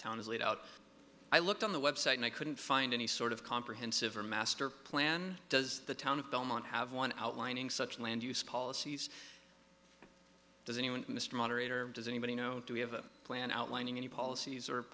town as laid out i looked on the website and i couldn't find any sort of comprehensive or master plan does the town of belmont have one outlining such land use policies does anyone mr moderator does anybody know we have a plan outlining any policies